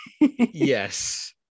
yes